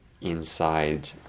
inside